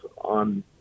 on